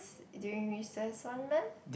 during recess one leh